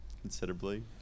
considerably